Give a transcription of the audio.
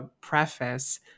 preface